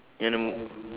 do you wanna move